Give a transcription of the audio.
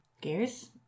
Gears